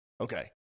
Okay